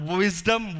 wisdom